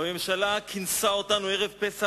והממשלה כינסה אותנו ערב פסח,